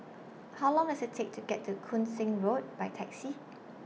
How Long Does IT Take to get to Koon Seng Road By Taxi